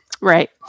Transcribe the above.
Right